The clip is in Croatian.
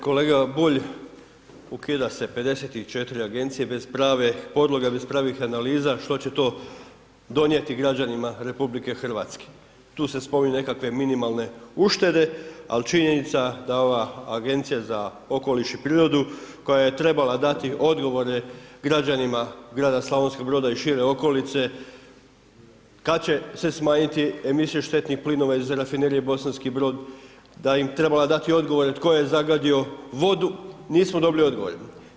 Kolega Bulj, ukida se 54 Agencije bez prave podloge, bez pravih analiza, što će to donijeti građanima RH, tu se spominju nekakve minimalne uštede, al činjenica da ova Agencija za okoliš i prirodu koja je trebala dati odgovore građanima grada Slavonskog Broda i šire okolice, kada će se smanjiti emisija štetnih plinova iz Rafinerije Bosanski Brod, da im treba dati odgovore tko je zagadio vodu, nismo dobili odgovore.